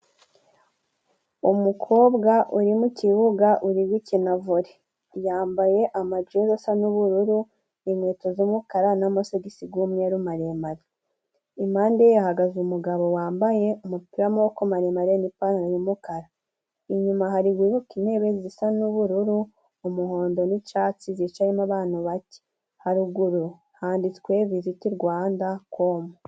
Umukobwa uri mu kibuga urigukina vole yambaye amajezi asa n'ubururu, inkweto z'umukara ,n'amasogisi g'umweru maremare. Impande ye hahagaze umugabo wambaye umupira w'amaboko maremare n'ipantaro y'umukara ,inyuma hari guhinguka intebe zisa n'ubururu ,umuhondo n'icatsi zicayemo abanu bake, haruguru handitswe viziti rwandakomu.